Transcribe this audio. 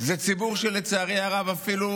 זה ציבור שלצערי הרב אפילו